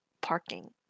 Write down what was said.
parking